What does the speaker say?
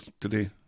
today